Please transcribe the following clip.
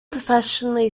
professionally